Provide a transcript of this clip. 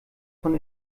von